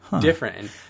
different